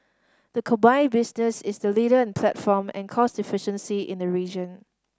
the combined business is the leader in platform and cost efficiency in the region